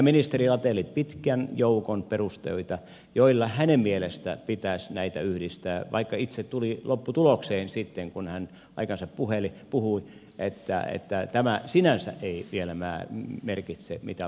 ministeri lateli pitkän joukon perusteita joilla hänen mielestään pitäisi näitä yhdistää vaikka itse tuli siihen lopputulokseen sitten kun hän aikansa puhui että tämä sinänsä ei vielä merkitse mitään lopullisia päätöksiä